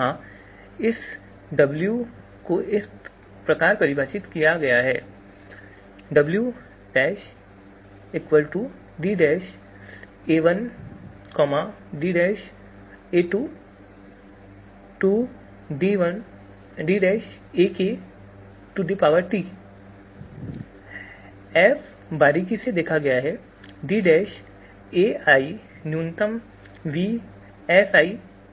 तो यहाँ इस Wʹ को इस प्रकार परिभाषित किया जा सकता है f बारीकी से देखा गया dʹ न्यूनतम V Si